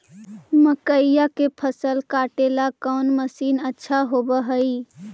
मकइया के फसल काटेला कौन मशीन अच्छा होव हई?